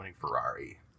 Ferrari